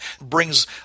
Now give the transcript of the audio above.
brings